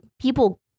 people